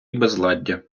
безладдя